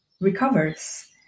recovers